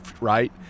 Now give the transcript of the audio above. right